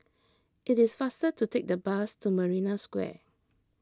it is faster to take the bus to Marina Square